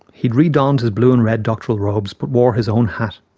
he'd re-donned his blue and red doctoral robes, but wore his own hat.